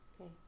Okay